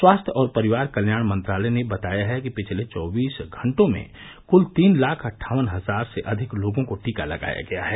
स्वास्थ्य और परिवार कल्याण मंत्रालय ने बताया है कि पिछले चौबीस घंटों में कुल तीन लाख अट्ठावन हजार से अधिक लोगों को टीका लगाया गया है